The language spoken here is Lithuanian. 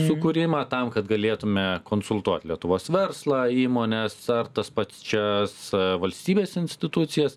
sukūrimą tam kad galėtume konsultuot lietuvos verslą įmones ar tas pačias valstybės institucijas